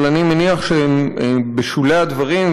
אבל אני מניח שהם בשולי הדברים,